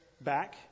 back